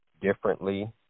differently